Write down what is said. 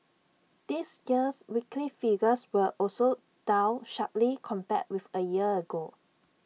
this year's weekly figures were also down sharply compared with A year ago